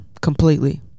Completely